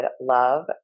love